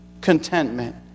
Contentment